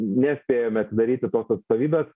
nespėjome atidaryti tos atstovybės